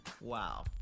Wow